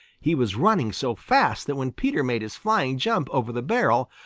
he was running so fast that when peter made his flying jump over the barrel,